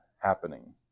happening